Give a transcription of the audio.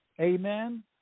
amen